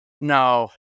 No